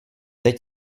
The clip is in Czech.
teď